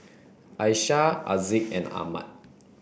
Aisyah Aziz and Ahmad